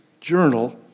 journal